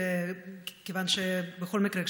כיוון שבכל מקרה,